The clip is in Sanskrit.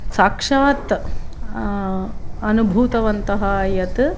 साक्षात् अनुभूतवन्तः यत्